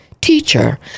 Teacher